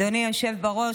אדוני היושב-ראש,